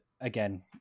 again